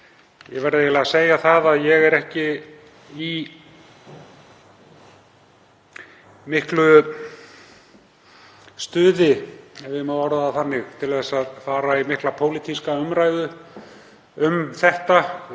Ég verð eiginlega að segja að ég er ekki í miklu stuði, ef ég má orða það þannig, til að fara í mikla pólitíska umræðu um þetta.